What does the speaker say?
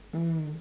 mm